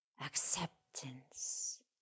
acceptance